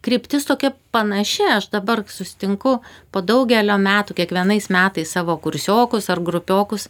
kryptis tokia panaši aš dabar susitinku po daugelio metų kiekvienais metais savo kursiokus ar grupiokus